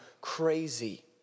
crazy